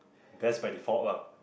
best by default lah